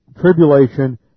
tribulation